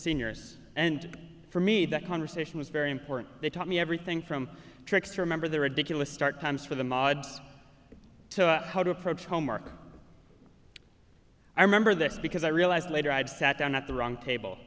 seniors and for me that conversation was very important they taught me everything from tricks to remember the ridiculous start times for them odds to how to approach homework i remember this because i realized later i had sat down at the wrong table